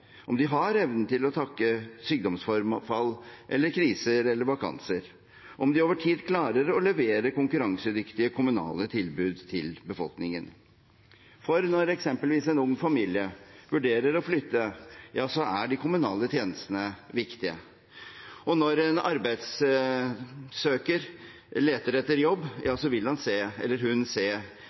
om de har evnen til å takle sykdomsforfall, kriser eller vakanser, og om de over tid klarer å levere konkurransedyktige kommunale tilbud til befolkningen. For når eksempelvis en ung familie vurderer å flytte, er de kommunale tjenestene viktige, og når en arbeidssøker leter etter jobb, vil han eller hun se